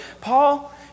Paul